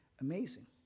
Amazing